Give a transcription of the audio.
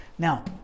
Now